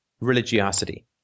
religiosity